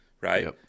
right